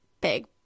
big